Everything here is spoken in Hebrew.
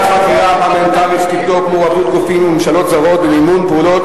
חקירה פרלמנטרית בנושא מעורבות גופים וממשלות זרות במימון פעולות